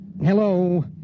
Hello